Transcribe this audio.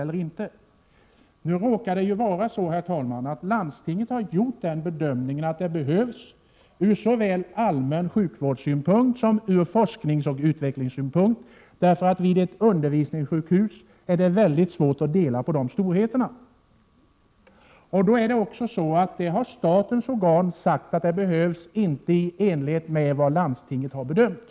Det råkar vara så att landstinget har gjort bedömningen att det finns ett behov ur såväl allmän sjukvårdssynpunkt som forskningsoch utvecklingssynpunkt. Vid ett undervisningssjukhus är det ju mycket svårt att skilja mellan de storheterna. Statens organ har sagt att resurser inte behövs i enlighet med vad landstinget har bedömt.